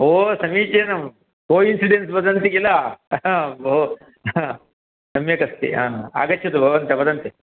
ओह् समीचीनं कोयिन्सिडेन्स् वदन्ति किल ओह् सम्यक् अस्ति आगच्छतु भवन्तः वदन्तु